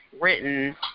written